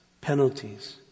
penalties